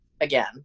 again